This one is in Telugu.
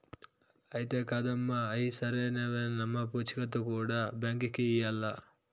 అంతే కాదమ్మ, అయ్యి సరైనవేనన్న పూచీకత్తు కూడా బాంకీకి ఇయ్యాల్ల